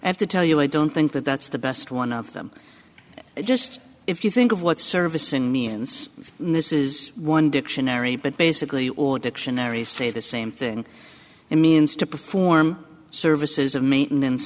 i have to tell you i don't think that that's the best one of them just if you think of what service and means and this is one dictionary but basically all dictionaries say the same thing it means to perform services of maintenance